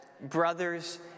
brothers